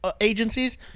agencies